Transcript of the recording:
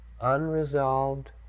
unresolved